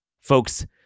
Folks